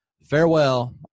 farewell